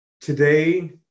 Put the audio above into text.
Today